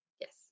yes